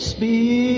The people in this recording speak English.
Speak